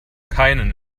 keinen